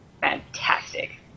Fantastic